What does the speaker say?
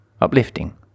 uplifting